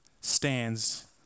stands